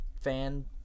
fan